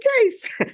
case